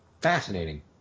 Fascinating